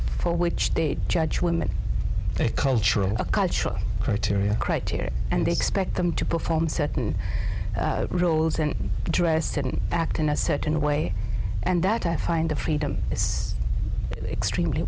for which they judge women cultural criteria criteria and they expect them to perform certain roles and dress and act in a certain way and that i find the freedom extremely